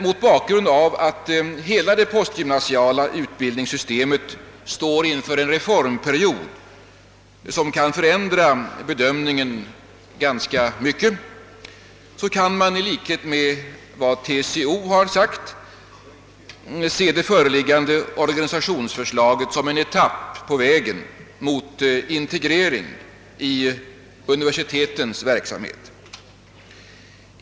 Mot bakgrunden av att hela det postgymnasiala utbildningssystemet står inför en reformperiod som kan förändra bedömningen ganska mycket, kan man i likhet med vad TCO har sagt se det föreliggande organisationsförslaget som en etapp på vägen mot integrering i universitetens verksamhet.